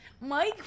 Mike